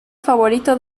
favorito